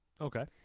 Okay